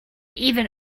even